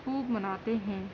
خوب مناتے ہیں